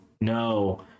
No